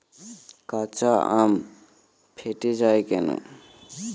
কাঁচা আম ফেটে য়ায় কেন?